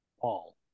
Paul